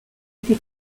été